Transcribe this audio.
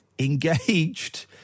engaged